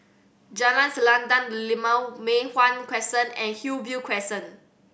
Jalan Selendang Delima Mei Hwan Crescent and Hillview Crescent